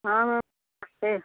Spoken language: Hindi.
हाँ हाँ